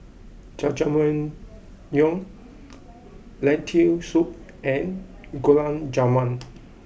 Jajangmyeon Lentil Soup and Gulab Jamun